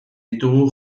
ditugu